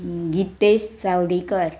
Gitesh Chawdikar